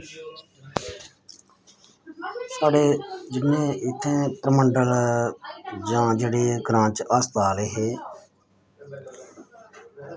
साढ़े जिन्ने इत्थें परमंडल जां जेह्ड़े ग्रांऽ च अस्पताल हे